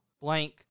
Blank